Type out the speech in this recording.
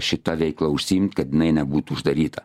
šita veikla užsiimt kad jinai nebūtų uždaryta